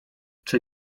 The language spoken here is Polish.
czy